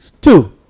Two